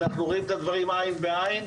אנחנו רואים את הדברים עין בעין,